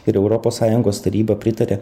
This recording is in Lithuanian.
ir europos sąjungos taryba pritarė